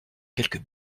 quelques